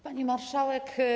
Pani Marszałek!